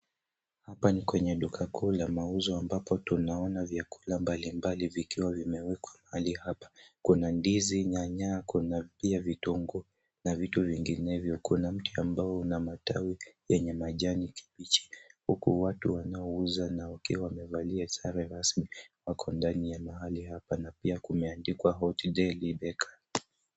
Hapa ni kwenye duka kuu la mauzo ambapo tunaona vyakula mbalimbali vikiwa vimewekwa mahali hapa. Kuna ndizi, nyanya kuna pia vitiunguu na vitu vinginevyo. Kuna mti ambao una matawi yenye majani kijani kibichi huku watu wanaouza nao wakiwa wamevalia sare rasmi wako ndani ya mahali hapa na pia kumeandikwa Hot Deli Bakery.